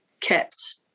kept